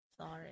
Sorry